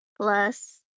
plus